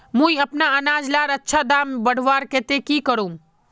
मुई अपना अनाज लार अच्छा दाम बढ़वार केते की करूम?